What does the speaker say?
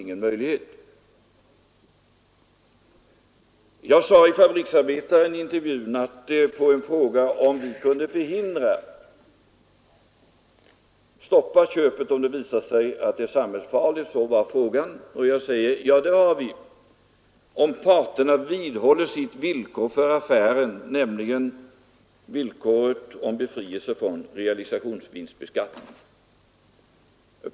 Jag svarade i intervjun i Fabriksarbetaren på frågan om vi kunde stoppa köpet ifall det visade sig vara samhällsfarligt. Jag sade: Ja, det kan vi, om parterna vidhåller sitt villkor för affären, nämligen befrielse från realisationsvinstbeskattning.